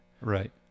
right